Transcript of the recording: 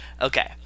okay